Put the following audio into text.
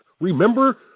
remember